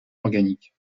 organique